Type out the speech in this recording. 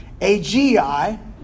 AGI